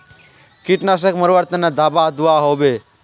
कीटनाशक मरवार तने दाबा दुआहोबे?